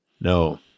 No